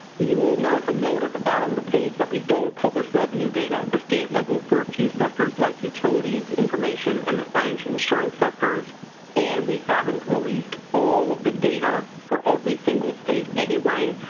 you will notice a note at the bottom of the page that we don't publish revenue data at the state level for a few sectors like utilities, information and the finance and insurance sectors and we haven't haven't released all of the data for every single state anyway.